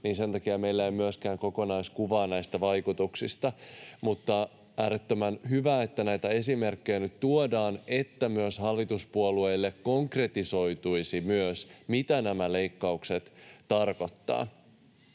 niin sen takia meillä ei ole myöskään kokonaiskuvaa näistä vaikutuksista. On äärettömän hyvä, että näitä esimerkkejä nyt tuodaan, niin että myös hallituspuolueille konkretisoituisi, mitä nämä leikkaukset tarkoittavat.